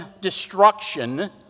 destruction